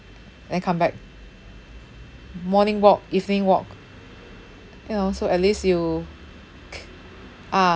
and then come back morning walk evening walk and also at least you ah